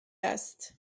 است